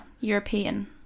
European